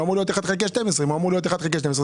הוא אמור להיות 1 חלקי 12. אם הוא אמור להיות 1 חלקי 12,